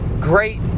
great